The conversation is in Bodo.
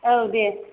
औ द